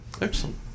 Excellent